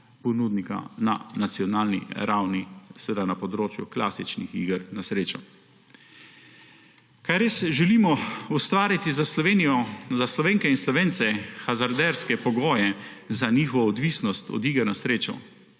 ponudnika na nacionalni ravni, seveda na področju klasičnih iger na srečo. Ali res želimo ustvariti za Slovenijo, za Slovenke in Slovence hazarderske pogoje za njihovo odvisnost od iger na srečo,